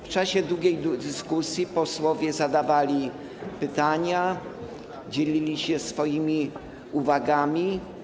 W czasie długiej dyskusji posłowie zadawali pytania i dzielili się swoimi uwagami.